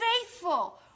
faithful